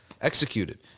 executed